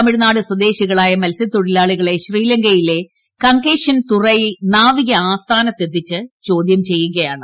തമിഴ്നാട് സ്വദേശികളായ മത്സ്യത്തൊഴിലാളികളെ ശ്രീലങ്കയിലെ കാങ്കേശതുറൈ നാവികആസ്ഥാനത്ത് എത്തിച്ച് ചോദ്യം ചെയ്യുകയാണ്